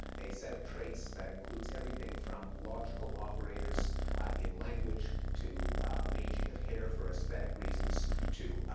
a set of traits that includes everything from logical operators in language to arranging of hair for aesthetic reasons to